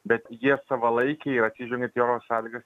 bet jie savalaikiai ir atsižvelgiant į oro sąlygas